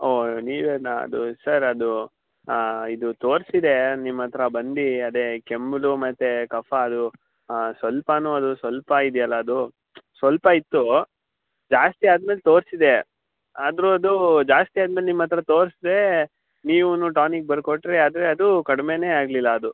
ಓಹ್ ನೀವೇನಾ ಅದು ಸರ್ ಅದು ಇದು ತೋರಿಸಿದೆ ನಿಮ್ಮ ಹತ್ರ ಬಂದು ಅದೇ ಕೆಮ್ಮುಲು ಮತ್ತು ಕಫದ್ದು ಸ್ವಲ್ಪನು ಅದು ಸ್ವಲ್ಪ ಇದ್ಯಲ್ಲ ಅದು ಸ್ವಲ್ಪ ಇತ್ತು ಜಾಸ್ತಿ ಆದ್ಮೇಲೆ ತೋರಿಸಿದೆ ಆದರೂ ಅದು ಜಾಸ್ತಿ ಆದ್ಮೇಲೆ ನಿಮ್ಮ ಹತ್ರ ತೋರಿಸ್ದೆ ನೀವೂ ಟಾನಿಕ್ ಬರ್ದ್ ಕೊಟ್ಟಿರಿ ಆದರೆ ಅದು ಕಡಿಮೆನೇ ಆಗಲಿಲ್ಲ ಅದು